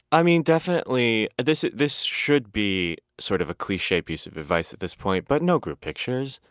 i mean definitely, this this should be sort of a cliche piece of advice at this point, but no group pictures.